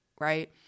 Right